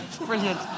brilliant